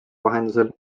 vahendusel